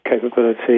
capability